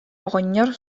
оҕонньор